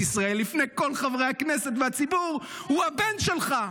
ישראל לפני כל חברי הכנסת והציבור הוא הבן שלך -- הבן שלך.